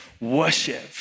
worship